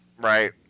Right